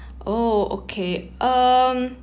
oh okay um